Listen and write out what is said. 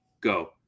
go